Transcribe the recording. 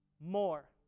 more